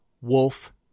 wolf